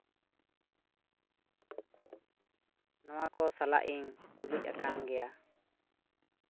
ᱱᱚᱣᱟ ᱠᱚ ᱥᱟᱞᱟᱜ ᱤᱧ ᱛᱩᱞᱩᱡ ᱟᱠᱟᱱ ᱜᱮᱭᱟ